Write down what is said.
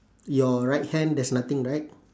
your right hand there's nothing right